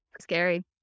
Scary